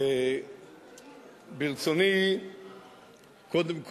ברצוני קודם כול,